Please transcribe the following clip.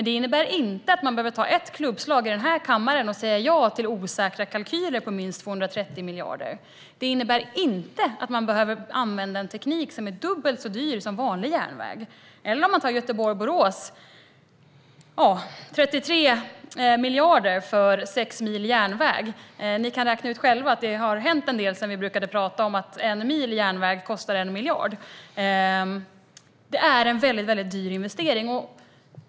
Det innebär dock inte att vi här i kammaren behöver säga ja till osäkra kalkyler om minst 230 miljarder. Det innebär inte att man behöver använda en teknik som är dubbelt så dyr som vanlig järnväg. För sträckan Göteborg-Borås handlar det om 33 miljarder för sex mil järnväg. Ni kan själva räkna ut att det har hänt en del sedan vi brukade säga att en mil järnväg kostade en miljard. Det är alltså en väldigt dyr investering.